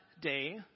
day